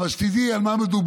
אבל שתדעי על מה מדובר.